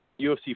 UFC